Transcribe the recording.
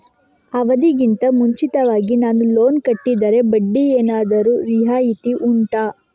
ಅವಧಿ ಗಿಂತ ಮುಂಚಿತವಾಗಿ ನಾನು ಲೋನ್ ಕಟ್ಟಿದರೆ ಬಡ್ಡಿ ಏನಾದರೂ ರಿಯಾಯಿತಿ ಉಂಟಾ